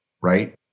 right